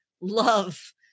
love